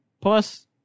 Plus